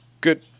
good